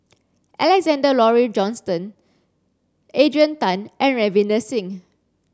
Alexander Laurie Johnston Adrian Tan and Ravinder Singh